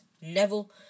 Neville